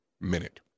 minute